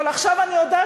אבל עכשיו אני יודעת,